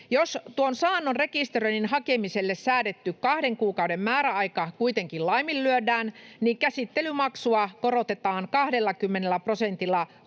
Jos tuon saannon rekisteröinnin hakemiselle säädetty kahden kuukauden määräaika kuitenkin laiminlyödään, käsittelymaksua korotetaan 20 prosentilla